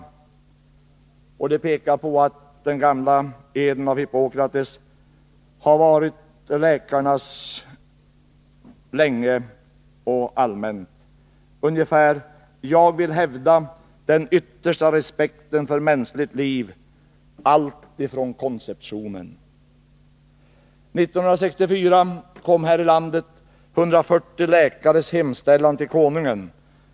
Man pekar på att den hippokratiska eden sedan länge allmänt har omfattats av läkarna. Den har ungefär följande lydelse: Jag vill hävda den yttersta respekten för mänskligt liv alltifrån konceptionen. År 1964 kom här i landet 140 läkares hemställan till Konungen.